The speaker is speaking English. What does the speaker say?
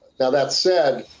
now that said,